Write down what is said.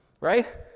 right